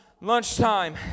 lunchtime